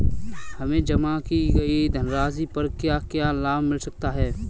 हमें जमा की गई धनराशि पर क्या क्या लाभ मिल सकता है?